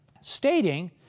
stating